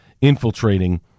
infiltrating